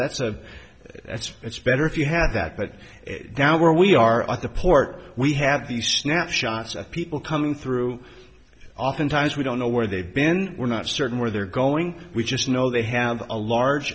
that's a that's it's better if you have that but now we are at the port we have these snapshots of people coming through oftentimes we don't know where they've been we're not certain where they're going we just know they have a large